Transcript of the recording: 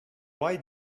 why